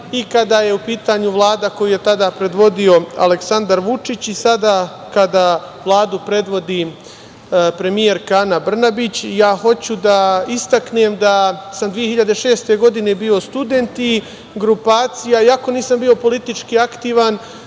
i kada je u pitanju Vlada koju je tada predvodio Aleksandar Vučić i sada kada Vladu predvodi premijerka Ana Brnabić. Ja hoću da istaknem da sam 2006. godine bio student i, iako nisam bio politički aktivan,